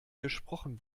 gesprochen